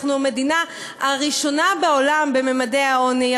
אנחנו המדינה הראשונה בעולם בממדי העוני,